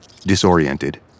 disoriented